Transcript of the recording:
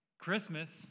Christmas